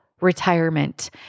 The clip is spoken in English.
retirement